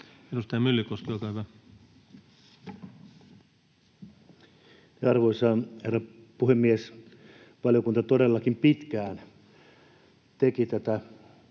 Edustaja Myllykoski, olkaa hyvä. Arvoisa herra puhemies! Valiokunta todellakin pitkään teki tätä